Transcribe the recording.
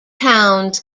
towns